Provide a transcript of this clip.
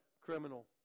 criminal